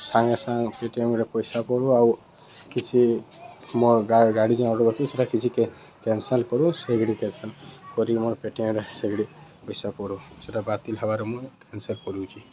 ସାଙ୍ଗେ ସାଙ୍ଗେ ପେଟିଏମ୍ରେ ପଇସା ପଡ଼ୁ ଆଉ କିଛି ମୋ ଗାଡ଼ି ଯେନ୍ ଅର୍ଡ଼ର୍ କରିଥିଲି ସେଟା କିଛି କ୍ୟାନ୍ସଲ୍ କରୁ ସେଇ କ୍ୟାନ୍ସଲ୍ କରିକି ମୋର୍ ପେଟିଏମ୍ରେ ସେଇ ପଏସା ପଡ଼ୁ ସେଟା ବାତିଲ୍ ହେବାରୁ ମୁଁ କ୍ୟାନ୍ସଲ୍ କରୁଛି